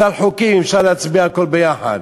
בסל חוקים אפשר להצביע על הכול ביחד.